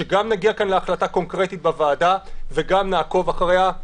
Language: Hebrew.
שגם נגיע כאן להחלטה קונקרטית בוועדה וגם נעקוב אחריה.